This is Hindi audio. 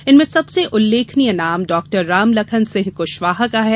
इनमें सबसे उल्लेखनीय नाम डॉ रामलखन सिंह कुशवाहा का है